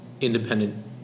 independent